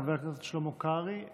חבר הכנסת שלמה קרעי,